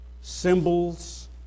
symbols